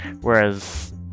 Whereas